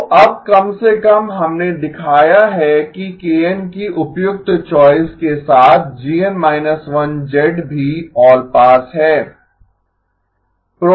तो अब कम से कम हमने दिखाया है कि की उपयुक्त चॉइस के साथ GN −1 भी ऑलपास है